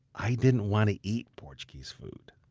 i didn't want to eat portuguese food.